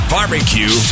Barbecue